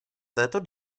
této